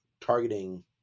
targeting